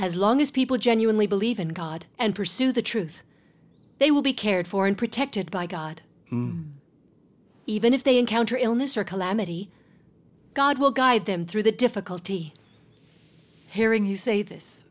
as long as people genuinely believe in god and pursue the truth they will be cared for and protected by god even if they encounter illness or calamity god will guide them through the difficulty hearing you say this